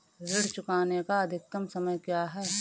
ऋण चुकाने का अधिकतम समय क्या है?